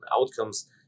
outcomes